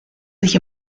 sich